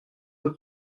peu